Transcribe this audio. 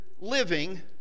living